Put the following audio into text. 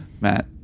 Matt